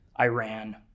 Iran